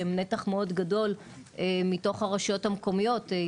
שהן נתח מאוד גדול מתוך הרשויות המקומיות,